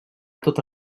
tota